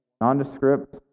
nondescript